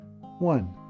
One